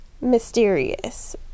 mysterious